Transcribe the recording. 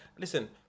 Listen